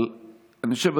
אבל אני חושב,